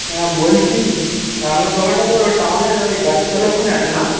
হ্যাঁ বলছি হ্যাঁ আপনার দোকানটা তো টাউনের ওই গাছটির তলার ওখানে আছে না